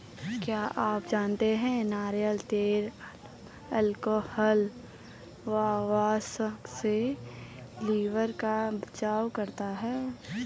क्या आप जानते है नारियल तेल अल्कोहल व वसा से लिवर का बचाव करता है?